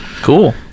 Cool